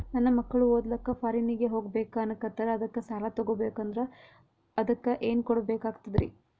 ನನ್ನ ಮಕ್ಕಳು ಓದ್ಲಕ್ಕ ಫಾರಿನ್ನಿಗೆ ಹೋಗ್ಬಕ ಅನ್ನಕತ್ತರ, ಅದಕ್ಕ ಸಾಲ ತೊಗೊಬಕಂದ್ರ ಅದಕ್ಕ ಏನ್ ಕೊಡಬೇಕಾಗ್ತದ್ರಿ?